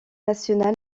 nationale